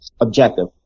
objective